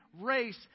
race